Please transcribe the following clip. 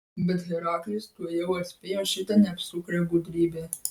bet heraklis tuojau atspėjo šitą neapsukrią gudrybę